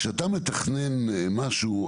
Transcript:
כשאתה מתכנן משהו,